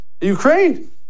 Ukraine